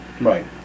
Right